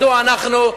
מדוע אנחנו,